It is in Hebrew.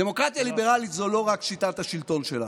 דמוקרטיה ליברלית זו לא רק שיטת השלטון שלנו,